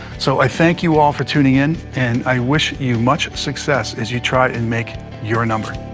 so i thank you all for tuning in, and i wish you much success as you try and make your number.